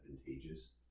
advantageous